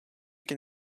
can